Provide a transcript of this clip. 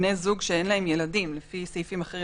בני זוג שאין להם ילדים לפי סעיפים אחרים,